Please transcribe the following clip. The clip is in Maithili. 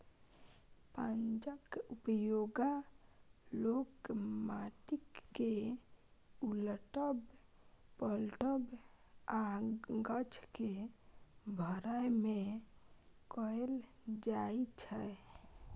पंजाक उपयोग लोक माटि केँ उलटब, पलटब आ गाछ केँ भरय मे कयल जाइ छै